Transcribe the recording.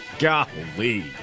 Golly